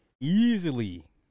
easily